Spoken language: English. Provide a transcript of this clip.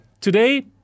today